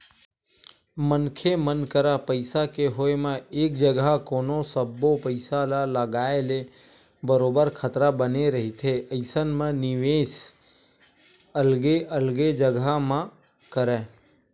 मनखे मन करा पइसा के होय म एक जघा कोनो सब्बो पइसा ल लगाए ले बरोबर खतरा बने रहिथे अइसन म निवेस अलगे अलगे जघा म करय